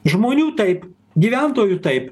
žmonių taip gyventojų taip